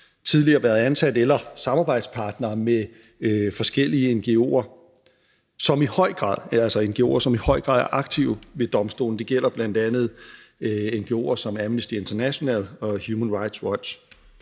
tidligere været ansat eller været samarbejdspartnere med forskellige ngo'er, som i høj grad er aktive ved domstolen. Det gælder bl.a. ngo'er som Amnesty International og Human Rights Watch.